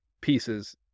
pieces